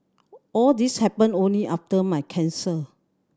all these happened only after my cancer